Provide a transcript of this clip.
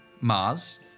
Mars